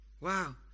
Wow